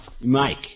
Mike